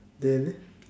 then